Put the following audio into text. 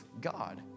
God